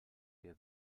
der